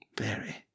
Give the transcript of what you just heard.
very